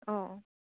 অঁ